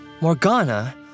Morgana